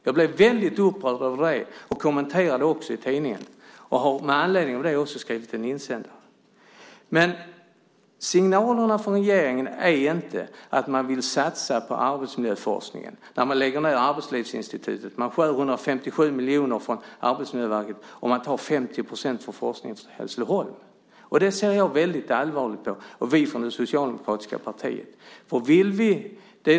Jag blev väldigt upprörd över det och kommenterade det också i tidningen. Jag har med anledning av det också skrivit en insändare. Signalerna från regeringen är inte att man vill satsa på arbetsmiljöforskningen när man lägger Arbetslivsinstitutet, skär 157 miljoner från Arbetsmiljöverket och tar 50 % från forskningen i Hässleholm. Det ser jag och vi från det socialdemokratiska partiet väldigt allvarligt på.